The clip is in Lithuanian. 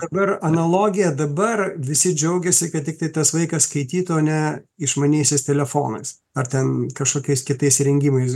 dabar analogija dabar visi džiaugiasi kad tiktai tas vaikas skaitytų o ne išmaniaisiais telefonais ar ten kažkokiais kitais įrengimais